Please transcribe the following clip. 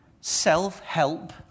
self-help